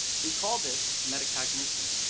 we call this metacognition.